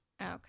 Okay